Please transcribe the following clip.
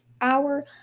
Hour